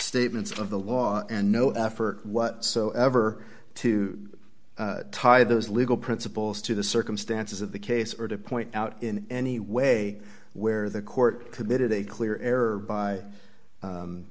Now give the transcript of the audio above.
statements of the law and no effort whatsoever to tar those legal principles to the circumstances of the case or to point out in any way where the court committed a clear error by